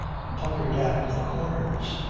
puckered at the corners,